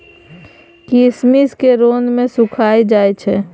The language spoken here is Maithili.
किशमिश केँ रौद मे सुखाएल जाई छै